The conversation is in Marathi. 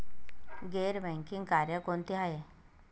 गैर बँकिंग कार्य कोणती आहेत?